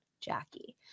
jackie